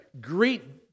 Greet